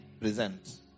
present